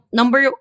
number